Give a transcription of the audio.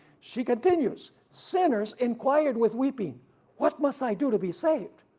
she continues, sinners inquired with weeping what must i do to be saved?